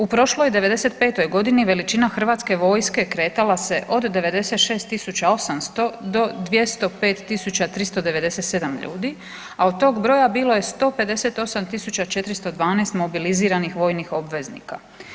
U prošloj '95. godini veličina Hrvatske vojske kretala se od 96800 do 205397 ljudi, a od tog broja bilo je 158412 mobiliziranih vojnih obveznika.